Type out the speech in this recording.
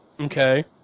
Okay